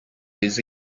this